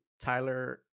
Tyler